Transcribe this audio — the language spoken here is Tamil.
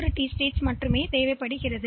எனவே 3 டீ ஸ்டேட்ஸ் போதுமானது